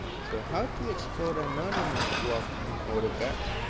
so, how to explode anonymous block in autocad?